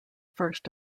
first